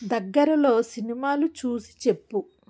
దగ్గరలో సినిమాలు చూసి చెప్పు